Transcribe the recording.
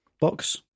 box